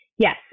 Yes